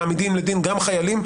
מעמידים לדין גם חיילים,